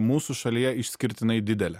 mūsų šalyje išskirtinai didelė